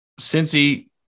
Cincy